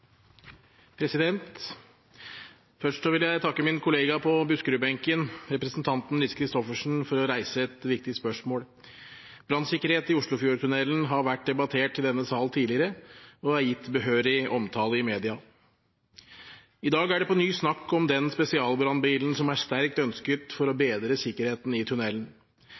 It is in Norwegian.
Først vil jeg takke min kollega på Buskerudbenken, representanten Lise Christoffersen, for å reise et viktig spørsmål. Brannsikkerhet i Oslofjordtunnelen har vært debattert i denne sal tidligere og er gitt behørig omtale i media. I dag er det på ny snakk om den spesialbrannbilen som er sterkt ønsket for å bedre sikkerheten i tunnelen.